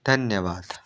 धन्यवाद